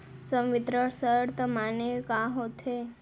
संवितरण शर्त माने का होथे?